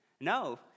No